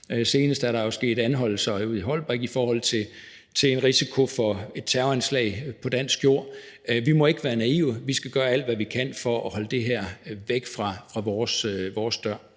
Senest er der jo sket anholdelser i Holbæk på grund af risiko for et terroranslag på dansk jord. Vi må ikke være naive; vi skal gøre alt, hvad vi kan, for at holde det her væk fra vores dør.